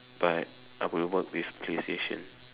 but I will work with playstation